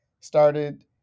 started